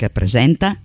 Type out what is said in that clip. presenta